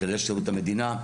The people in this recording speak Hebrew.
כנראה שירות המדינה.